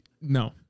No